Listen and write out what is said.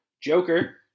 Joker